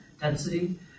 density